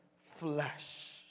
flesh